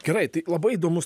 gerai tai labai įdomus